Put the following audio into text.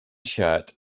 shirt